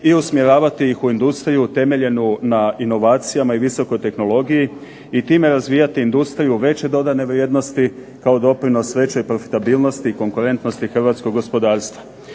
i usmjeravati ih u industriju temeljenu na inovacijama i visokoj tehnologiji i time razvijati industriju veće dodane vrijednosti kao doprinos većoj profitabilnosti i konkurentnosti hrvatskog gospodarstva.